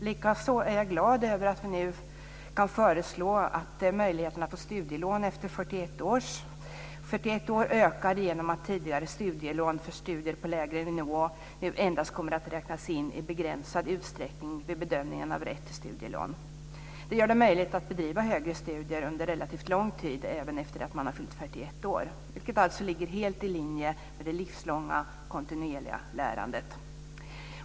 Likaså är jag glad över att vi nu kan föreslå att möjligheterna för studielån efter 41 år ska öka genom att tidigare studielån för studier på lägre nivå nu endast kommer att räknas in i begränsad utsträckning vid bedömningen av rätt till studielån. Det gör det möjligt att bedriva högre studier under relativt lång tid även efter det att man har fyllt 41 år, vilket alltså ligger helt i linje med det livslånga kontinuerliga lärandet.